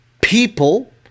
people